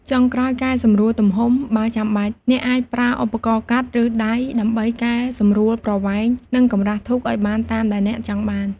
ចុងក្រោយកែសម្រួលទំហំ បើចាំបាច់ អ្នកអាចប្រើឧបករណ៍កាត់ ឬដៃដើម្បីកែសម្រួលប្រវែង និងកម្រាស់ធូបឱ្យបានតាមដែលអ្នកចង់បាន។